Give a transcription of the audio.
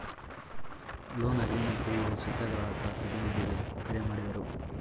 loan agreement ತಿಳಿಯಲು ಸೀತಾ ಗ್ರಾಹಕ ಪ್ರತಿನಿಧಿಗೆ ಕರೆ ಮಾಡಿದರು